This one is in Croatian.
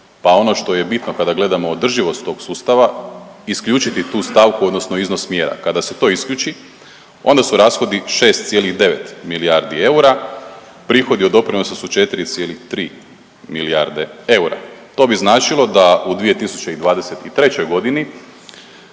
pa ono što je bitno kada gledamo održivost tog sustava, isključiti tu stavku odnosno iznos mjera. Kada se to isključi onda su rashodi 6,9 milijardi eura, prihodi od doprinosa su 4,3 milijarde eura. To bi značilo da u 2023.g. iz